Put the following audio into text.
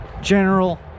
general